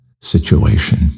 situation